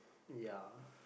ya